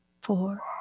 four